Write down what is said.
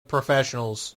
professionals